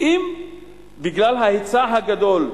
אם בגלל ההיצע הגדול,